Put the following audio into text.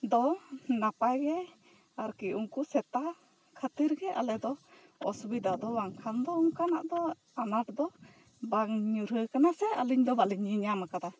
ᱫᱚ ᱱᱟᱯᱟᱭ ᱜᱮ ᱟᱨ ᱠᱤ ᱩᱱᱠᱩ ᱥᱮᱛᱟ ᱠᱷᱟᱹᱛᱤᱨ ᱜᱮ ᱟᱞᱮᱫᱚ ᱚᱥᱩᱵᱤᱫᱟ ᱫᱚ ᱵᱟᱝᱠᱷᱟᱱ ᱫᱚ ᱚᱱᱠᱟᱱᱟᱜ ᱟᱸᱱᱟᱴ ᱫᱚ ᱵᱟᱝ ᱧᱩᱨᱦᱟᱹᱣ ᱠᱟᱱᱟ ᱥᱮ ᱟᱹᱞᱤᱧ ᱫᱚ ᱵᱟᱞᱤᱧ ᱧᱮᱞᱧᱟᱢ ᱟᱠᱟᱫᱟ